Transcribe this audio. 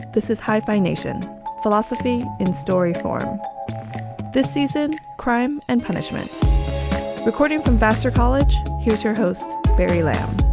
this is hyphenation philosophy in story form this season. crime and punishment according from vassar college. here's your host, barry lapp.